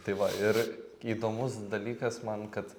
tai va ir įdomus dalykas man kad